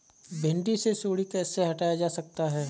भिंडी से सुंडी कैसे हटाया जा सकता है?